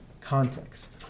context